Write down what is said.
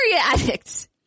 Addicts